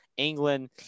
England